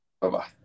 Bye-bye